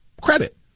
credit